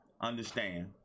understand